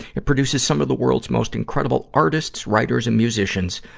it produces some of the world's most incredible artists, writers, and musicians.